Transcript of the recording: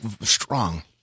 strong